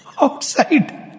outside